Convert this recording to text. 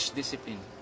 discipline